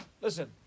Listen